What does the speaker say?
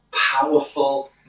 powerful